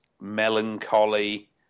Melancholy